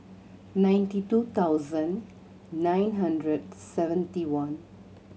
ninety two thousand nine hundred seventy one